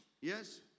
Yes